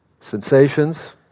Sensations